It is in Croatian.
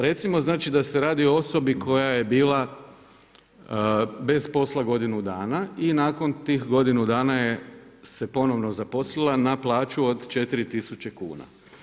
Recimo znači da se radi o osobi koja je bila bez posla godinu dana i nakon tih godinu dana se ponovno zaposlila na plaću od 4000 kuna.